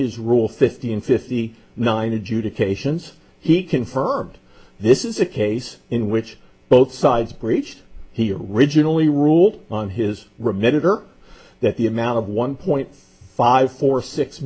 his rule fifteen fifty nine adjudications he confirmed this is a case in which both sides breached he originally ruled on his remit or that the amount of one point five four six